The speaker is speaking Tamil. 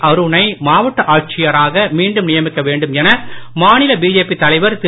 அருணைமாவட்டஆட்சியராகமீண்டும்நியமிக்கவேண்டும்எனமாநிலபிஜே பிதலைவர்திரு